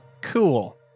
Cool